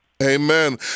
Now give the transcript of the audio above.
Amen